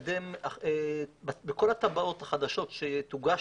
לאסור בכל התב"עות החדשות שתוגשנה,